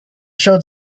showed